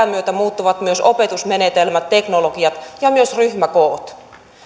myötä muuttuvat myös opetusmenetelmät teknologiat ja myös ryhmäkoot